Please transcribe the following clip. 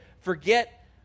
forget